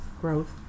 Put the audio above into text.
growth